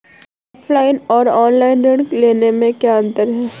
Offline और online ऋण लेने में क्या अंतर है?